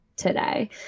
today